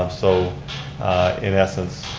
um so in essence,